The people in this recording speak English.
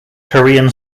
korean